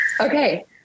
Okay